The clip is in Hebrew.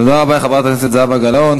תודה רבה לחברת הכנסת זהבה גלאון.